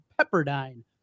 Pepperdine